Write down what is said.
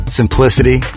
simplicity